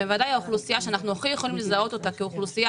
זו בוודאי האוכלוסייה שאנחנו הכי יכולים לזהות אותה כאוכלוסייה